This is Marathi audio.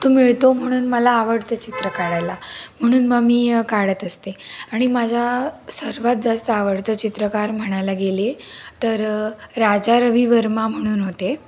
तो मिळतो म्हणून मला आवडतं चित्र काढायला म्हणून म मी काढत असते आणि माझ्या सर्वात जास्त आवडतं चित्रकार म्हणायला गेले तर राजा रविवर्मा म्हणून होते